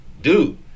dude